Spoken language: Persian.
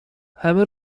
همه